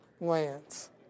lands